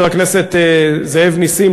חבר הכנסת זאב נסים,